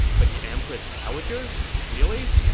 but the empress dowager? really?